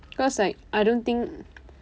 cause like I don't think